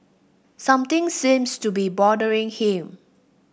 something seems to be bothering him